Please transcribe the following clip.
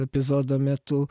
epizodo metu